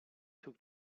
took